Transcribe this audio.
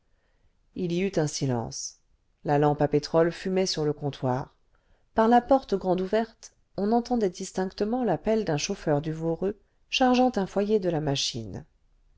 il y eut un silence la lampe à pétrole fumait sur le comptoir par la porte grande ouverte on entendait distinctement la pelle d'un chauffeur du voreux chargeant un foyer de la machine